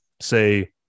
say